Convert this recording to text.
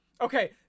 Okay